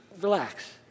relax